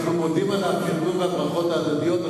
אנחנו מודים על הפרגון והברכות ההדדיות.